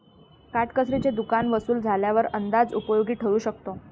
काटकसरीचे दुकान वसूल झाल्यावर अंदाज उपयोगी ठरू शकतो